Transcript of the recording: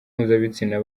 mpuzabitsina